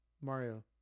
mario